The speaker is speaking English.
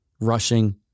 rushing